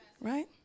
Right